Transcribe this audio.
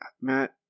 Matt